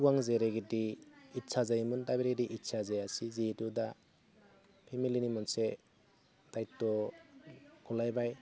सिगां जेरैबायदि इस्सा जायोमोन दा बेबायदि इस्सा जायासै जिहेतु दा फेमिलिनि मोनसे दायत्य' मोनलायबाय